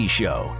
show